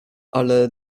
ale